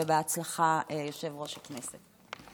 ובהצלחה, יושב-ראש הישיבה.